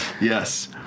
Yes